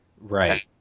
Right